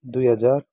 दुई हजार